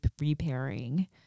repairing